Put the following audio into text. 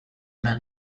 man